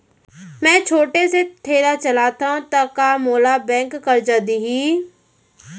मैं छोटे से ठेला चलाथव त का मोला बैंक करजा दिही?